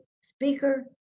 speaker